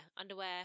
underwear